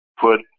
put